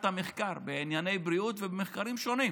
המחקר בענייני בריאות ובמקרים שונים,